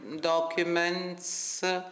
documents